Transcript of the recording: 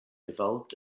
developed